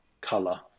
color